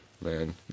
Man